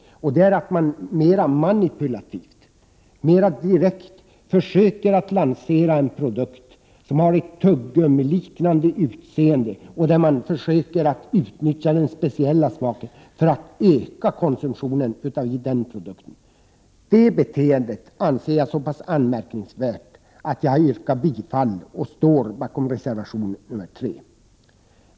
Tobaksbolaget försöker mer manipulativt, mer direkt lansera en produkt som har ett tuggummiliknande utseende, och man försöker utnyttja den speciella smaken för att öka konsumtionen av just den produkten. Det beteendet anser jag så pass anmärkningsvärt att jag står bakom och yrkar bifall till reservation nr 3.